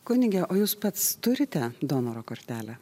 kunige o jūs pats turite donoro kortelę